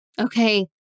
Okay